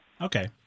Okay